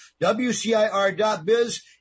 WCIR.biz